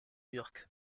york